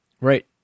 Right